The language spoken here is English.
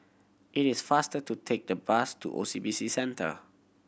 it is faster to take the bus to O C B C Centre